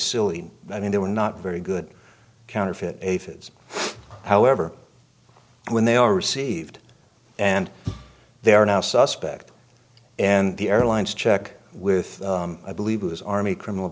silly i mean they were not very good counterfeit aphids however when they are received and they are now suspect and the airlines check with i believe his army criminal